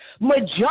Majority